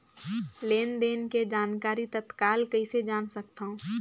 लेन देन के जानकारी तत्काल कइसे जान सकथव?